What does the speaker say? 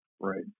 Right